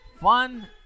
fun